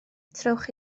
trowch